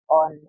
on